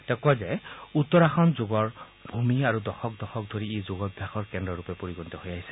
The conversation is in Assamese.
তেওঁ কয় যে উত্তৰাখণ্ড যোগৰ ভূমি আৰু দশক দশক ধৰি ই যোগাভ্যাসৰ কেন্দ্ৰৰূপে পৰিগণিত হৈ আহিছে